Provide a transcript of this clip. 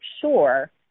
sure